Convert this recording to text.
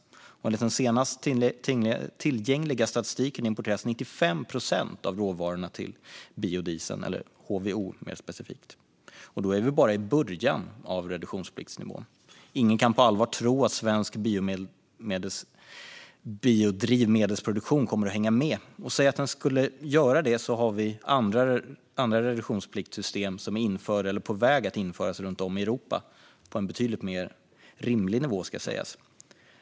Enligt den senast tillgängliga statistiken importeras 95 procent av råvarorna till biodiesel eller mer specifikt HVO, och då är vi bara i början av reduktionspliktsnivån. Ingen kan på allvar tro att svensk biodrivmedelsproduktion kommer att hänga med. Och om den skulle göra det har vi andra reduktionspliktssystem som är införda eller på väg att införas runt om i Europa, på en betydligt mer rimlig nivå ska sägas.